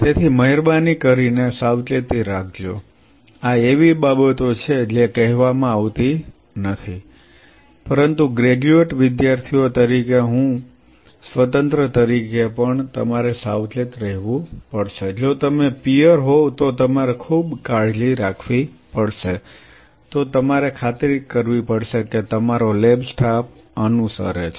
તેથી મહેરબાની કરીને સાવચેતી રાખજો આ એવી બાબતો છે જે કહેવામાં આવતી નથી પરંતુ ગ્રેજ્યુએટ વિદ્યાર્થીઓ તરીકે અને હું સ્વતંત્ર તરીકે પણ તમારે સાવચેત રહેવું પડશે જો તમે પીઅર હોવ તો તમારે ખૂબ કાળજી રાખવી પડશે તો તમારે ખાતરી કરવી પડશે કે તમારો લેબ સ્ટાફ અનુસરે છે